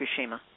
Fukushima